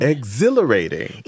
Exhilarating